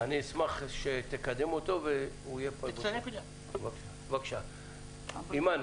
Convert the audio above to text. אני אשמח שתקדם אותו והוא --- בבקשה אימאן.